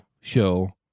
show